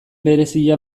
berezia